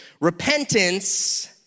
Repentance